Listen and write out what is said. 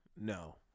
No